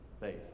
faith